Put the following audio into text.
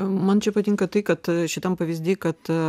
man čia patinka tai kad šitam pavyzdy kad